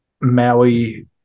Maui